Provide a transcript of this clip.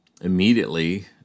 immediately